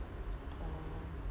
oh